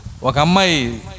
wakamai